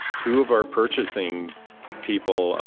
two of our purchasing people,